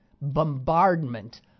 bombardment